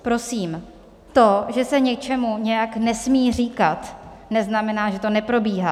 Prosím, to, že se něčemu nějak nesmí říkat, neznamená, že to neprobíhá.